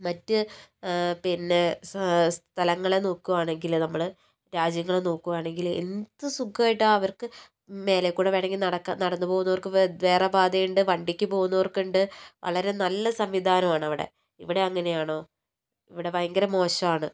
മറ്റ് പിന്നെ സ് സ്ഥലങ്ങളെ നോക്കുവാണെങ്കില് നമ്മള് രാജ്യങ്ങള് നോക്കുവാണെങ്കില് എന്ത് സുഖമായിട്ടാണ് അവർക്ക് മേലെ കൂടെ വേണമെങ്കിൽ നടക്കാ നടന്ന് പോകുന്നവർക്ക് വേ വേറെ പതയുണ്ട് വണ്ടിക്ക് പോകുന്നവർക്ക്ണ്ട് വളരെ നല്ല സംവിധാനമാണവിടെ ഇവിടെ അങ്ങനെ ആണോ ഇവിടെ ഭയങ്കര മോശമാണ്